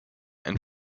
and